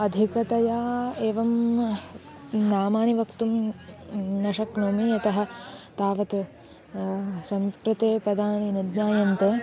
अधिकतया एवं नामानि वक्तुं न शक्नोमि यतः तावद् संस्कृते पदानि न ज्ञायन्ते